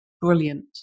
Brilliant